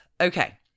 Okay